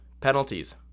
penalties